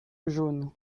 jaune